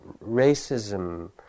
racism